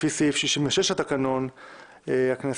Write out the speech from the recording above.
לפי סעיף 66 לתקנון הכנסת,